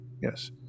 yes